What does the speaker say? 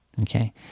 okay